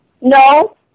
No